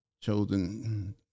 chosen